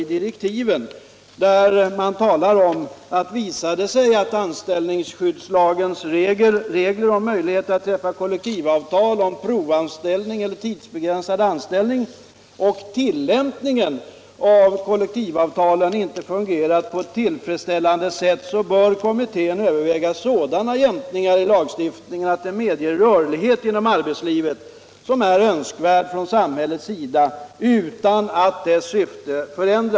I direktiven talar man om att visar det sig att anställningsskyddslagens regler om möjligheter att träffa kollektivavtal om provanställning eller tidsbegränsad anställning och tillämpningen av kollektivavtalet inte fungerat på ett tillfredsställande sätt bör kommittén överväga sådana jämkningar i lagstiftningen att de medger den rörlighet inom arbetslivet som är önskvärd från samhällets sida utan att dess syfte förändras.